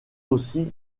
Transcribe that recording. aussi